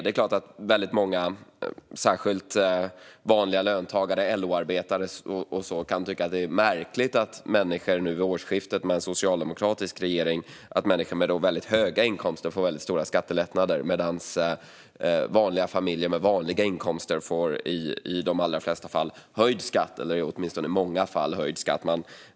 Det är klart att många - särskilt vanliga löntagare, till exempel LO-arbetare - kan tycka att det är märkligt att en socialdemokratisk regering vid årsskiftet ger människor med väldigt höga inkomster stora skattelättnader medan vanliga familjer med vanliga inkomster i de allra flesta eller åtminstone många fall får höjd skatt.